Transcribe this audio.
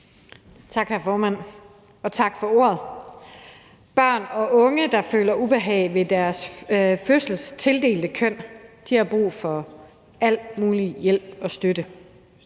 Tak, hr. formand, tak for ordet. Børn og unge, der føler ubehag ved deres ved fødslen tildelte køn, har brug for al mulig hjælp og støtte.